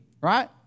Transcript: right